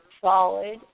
solid